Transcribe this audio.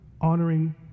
honoring